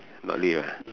not lift ah